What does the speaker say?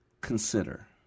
consider